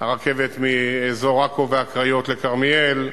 הרכבת מאזור עכו והקריות לכרמיאל,